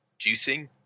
Juicing